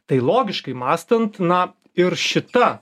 tai logiškai mąstant na ir šita